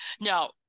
Now